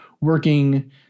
working